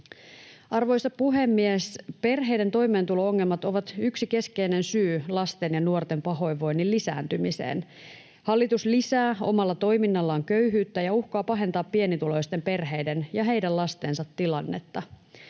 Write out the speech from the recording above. Arvoisa puhemies! Perheiden toimeentulo-ongelmat ovat yksi keskeinen syy lasten ja nuorten pahoinvoinnin lisääntymiseen. Hallitus lisää omalla toiminnallaan köyhyyttä ja uhkaa pahentaa pienituloisten perheiden ja heidän lastensa tilannetta.